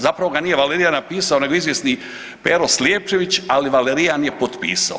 Zapravo ga nije Valerijan napisao nego izvjesni Pero Slijepčević, ali Valerijan je potpisao.